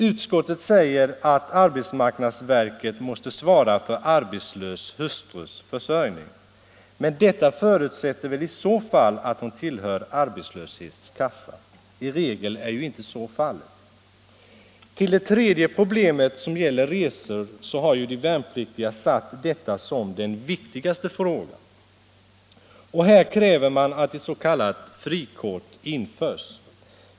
Utskottet säger att arbetsmarknadsverket måste svara för arbetslös hustrus försörjning. Detta förutsätter väl i så fall att hon tillhör arbetslöshetskassa. Men i regel är så inte fallet. Det tredje problem jag tagit upp i motionen gäller resor. De värnpliktiga har själva ansett detta vara den viktigaste frågan. Här kräver man att ett s.k. frikort införs.